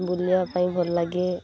ବୁଲିବା ପାଇଁ ଭଲ ଲାଗେ